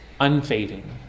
unfading